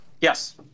Yes